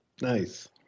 nice